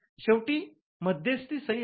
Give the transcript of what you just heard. शेवटी मध्यस्थी सही आहे